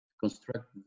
construct